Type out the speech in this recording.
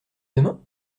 demain